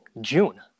June